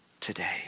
today